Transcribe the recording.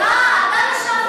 אתה, אתה השבת.